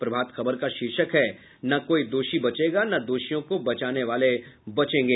प्रभात खबर का शीर्षक है न कोई दोर्षी बचेगा न दोषियों को बचाने वाले बचेंगे